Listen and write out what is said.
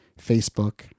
Facebook